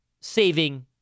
saving